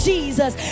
Jesus